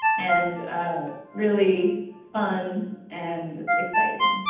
and really fun and exciting.